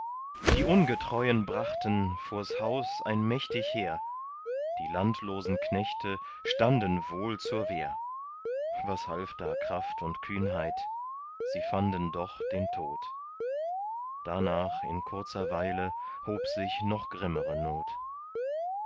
die ungetreuen brachten vors haus ein mächtig heer die landlosen knechte standen wohl zur wehr was half da kraft und kühnheit sie fanden doch den tod danach in kurzer weile hob sich noch grimmere not